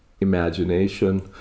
imagination